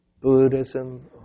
Buddhism